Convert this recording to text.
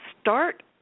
start